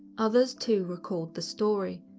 others too recalled the story,